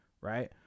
right